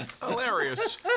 hilarious